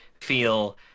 feel